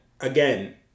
Again